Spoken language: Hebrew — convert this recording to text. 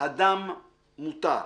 הדם מתר,